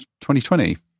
2020